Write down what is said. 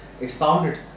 expounded